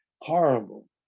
horrible